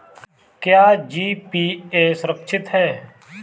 क्या जी.पी.ए सुरक्षित है?